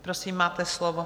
Prosím, máte slovo.